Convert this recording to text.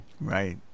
Right